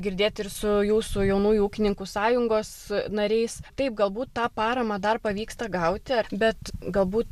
girdėt ir su jūsų jaunųjų ūkininkų sąjungos nariais taip galbūt tą paramą dar pavyksta gauti bet galbū